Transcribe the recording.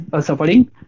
suffering